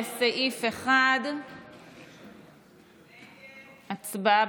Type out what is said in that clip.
לסעיף 1. הצבעה,